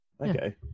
Okay